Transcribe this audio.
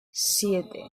siete